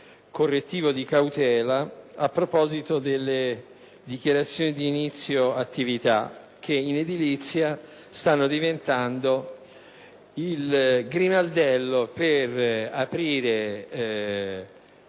correttivi di cautela a proposito delle dichiarazioni di inizio attività che in edilizia stanno diventando il grimaldello per